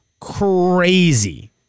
crazy